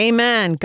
Amen